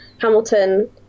Hamilton